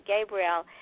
Gabriel